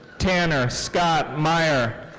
tanner scott meier.